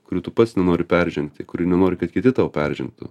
kurių tu pats nenori peržengti kurių nenori kad kiti tau peržengtų